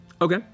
Okay